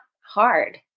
hard